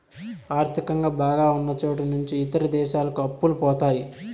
ఆర్థికంగా బాగా ఉన్నచోట నుంచి ఇతర దేశాలకు అప్పులు పోతాయి